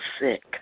sick